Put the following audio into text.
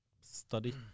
study